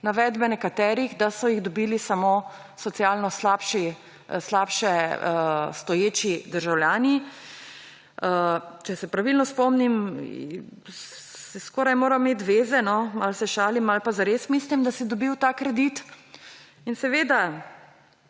navedbe nekaterih, da so jih dobili samo socialno slabše stoječi državljani. Če se pravilno spomnim, si skoraj moral imeti zveze, malo se šalim, malo pa zares mislim, da si dobil ta kredit. In nekateri